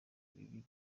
bibi